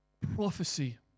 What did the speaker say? prophecy